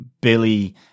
billy